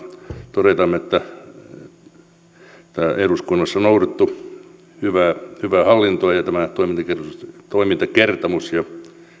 todetaan että täällä eduskunnassa on noudatettu hyvää hyvää hallintoa ja ja tämän toimintakertomuksen ja